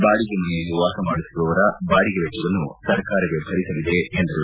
ಬಾಡಿಗೆ ಮನೆಯಲ್ಲಿ ವಾಸಮಾಡುತ್ತಿರುವವರ ಬಾಡಿಗೆ ವೆಚ್ಚವನ್ನು ಸರ್ಕಾರವೇ ಭರಿಸಲಿದೆ ಎಂದರು